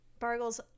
Bargles